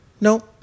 no